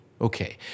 Okay